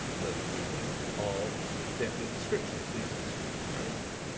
the meaning, of definite descriptions, these descriptive phrases.